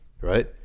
right